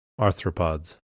Arthropods